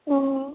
অঁ